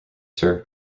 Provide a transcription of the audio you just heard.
served